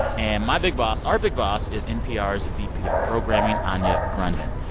and my big boss our big boss is npr's vp of programming, anya grundmann.